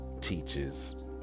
teaches